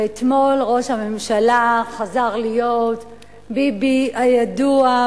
ואתמול ראש הממשלה חזר להיות ביבי הידוע,